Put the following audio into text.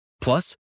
Plus